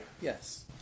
Yes